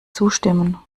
zustimmen